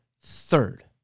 third